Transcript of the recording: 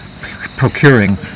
procuring